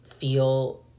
feel